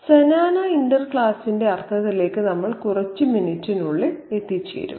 സെനാന ഇന്റർക്ലാസിന്റെ അർത്ഥത്തിലേക്ക് നമ്മൾ കുറച്ച് മിനിറ്റിനുള്ളിൽ എത്തിച്ചേരും